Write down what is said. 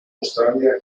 australia